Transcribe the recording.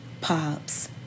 Pops